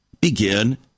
Begin